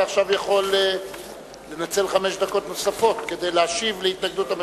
עכשיו אתה יכול לנצל חמש דקות נוספות כדי להשיב להתנגדות הממשלה.